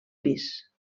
pis